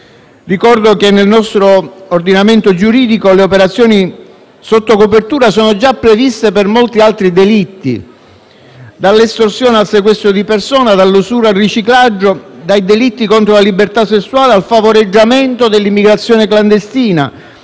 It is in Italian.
Ricordo che nel nostro ordinamento giuridico le operazioni sotto copertura sono già previste per molti altri delitti, dalle estorsioni al sequestro di persona, dall'usura al riciclaggio, dai delitti contro la libertà sessuale al favoreggiamento dell'immigrazione clandestina,